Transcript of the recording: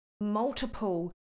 multiple